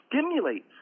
stimulates